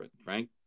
Frank